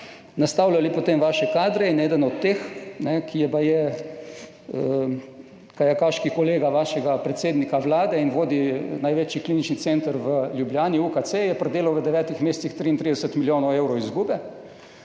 nastavljali potem vaše kadre. Eden od teh, ki je baje kajakaški kolega vašega predsednika Vlade in vodi največji klinični center v Ljubljani, UKC, je pridelal v devetih mesecih 33 milijonov evrov izgube.